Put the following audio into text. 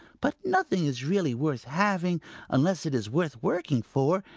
but nothing is really worth having unless it is worth working for,